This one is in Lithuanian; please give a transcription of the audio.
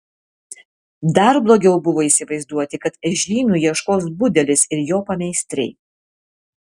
dar blogiau buvo įsivaizduoti kad žymių ieškos budelis ir jo pameistriai